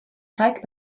teig